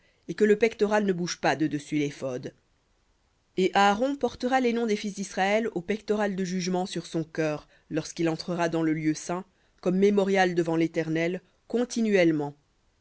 et que le pectoral ne bouge pas de dessus léphod et aaron portera les noms des fils d'israël au pectoral de jugement sur son cœur lorsqu'il entrera dans le lieu saint comme mémorial devant l'éternel continuellement